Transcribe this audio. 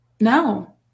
No